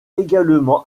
également